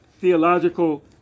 theological